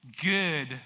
good